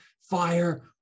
fire